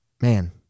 man